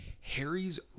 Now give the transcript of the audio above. harry's